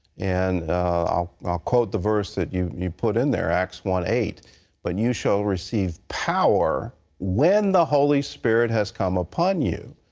and i'll i'll quote the verse that you you put in there. acts one eight but you shall receive power when the holy spirit has come upon you.